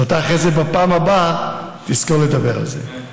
אז אחרי זה, בפעם הבאה, תזכור לדבר על זה.